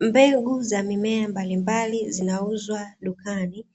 Mbegu za mimea mbalimbali zinauzwa dukani,